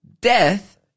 death